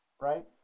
right